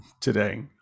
today